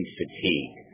fatigue